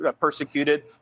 persecuted